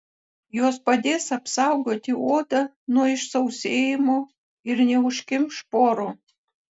jos padės apsaugoti odą nuo išsausėjimo ir neužkimš porų